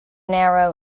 narrow